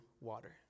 water